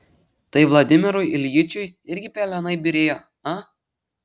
tai vladimirui iljičiui irgi pelenai byrėjo a